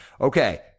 Okay